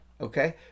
Okay